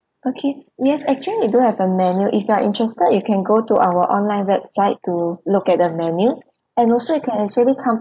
okay yes actually we do have a menu if you are interested you can go to our online website to look at the menu and also you can actually come